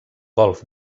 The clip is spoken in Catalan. golf